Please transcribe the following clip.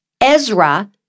Ezra